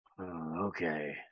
Okay